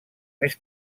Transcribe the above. més